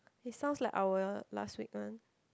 is sounds like our last week one